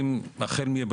זה גם עניין של החלטה.